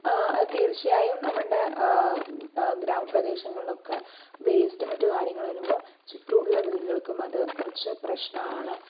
അത് തീർച്ചയായും നമ്മളുടെ ഗ്രാമപ്രദേശങ്ങളിലൊക്കെ വേസ്റ്റും മറ്റു കാര്യങ്ങളും ഇടുമ്പോൾ ചുറ്റുമുള്ള വീടുകൾക്കും അത് കുറച്ച് പ്രശ്നമാണ്